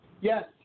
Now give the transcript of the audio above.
Yes